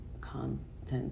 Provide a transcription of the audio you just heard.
content